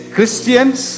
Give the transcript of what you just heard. Christians